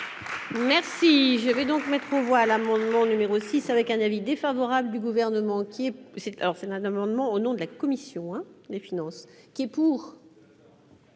Merci, je vais donc mettre pourvoi à l'amendement numéro 6 avec un avis défavorable. Gouvernement qui est alors c'est un amendement au nom de la commission des finances,